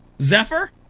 Zephyr